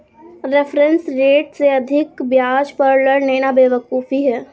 reference rate से अधिक ब्याज पर ऋण लेना बेवकूफी है